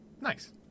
Nice